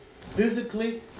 physically